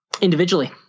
Individually